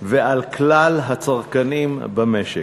ועל כלל הצרכנים במשק.